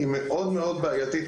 היא מאוד מאוד בעייתית.